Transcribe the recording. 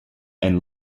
and